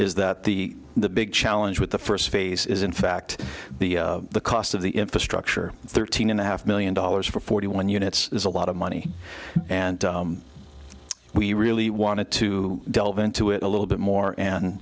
is that the the big challenge with the first phase is in fact the cost of the infrastructure thirteen and a half million dollars for forty one units is a lot of money and we really wanted to delve into it a little bit more and